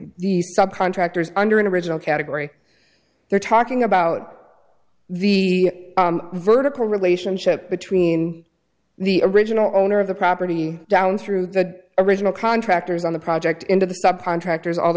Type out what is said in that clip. the subcontractors under an original category they're talking about the vertical relationship between the original owner of the property down through the original contractors on the project into the subcontractors all the